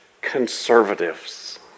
conservatives